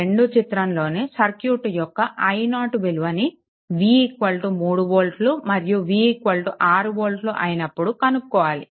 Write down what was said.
2 చిత్రంలో సర్క్యూట్ యొక్క i0 విలువని v 3 వోల్ట్లు మరియు v 6 వోల్ట్లు అయినప్పుడు కనుక్కోవాలి